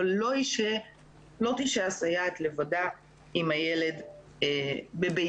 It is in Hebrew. אבל לא תשהה הסייעת לבדה עם הילד בביתו.